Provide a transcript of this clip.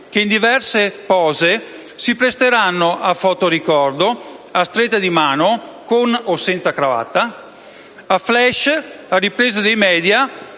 che in diverse pose si presteranno a foto ricordo, a strette di mano, con o senza cravatta, a *flash* e a riprese dei *media*,